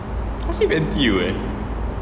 hasif N_T_U ah